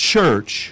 Church